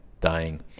Dying